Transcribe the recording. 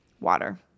water